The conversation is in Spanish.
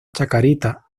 chacarita